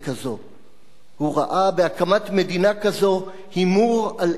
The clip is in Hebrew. הוא ראה בהקמת מדינה כזאת הימור על עצם קיומנו.